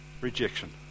Rejection